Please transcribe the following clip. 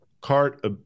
cart